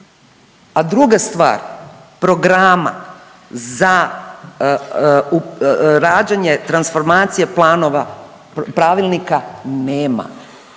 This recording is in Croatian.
A druga stvar programa za rađenje transformacije planova, pravilnika nema,